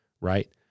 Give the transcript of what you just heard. right